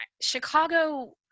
Chicago